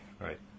right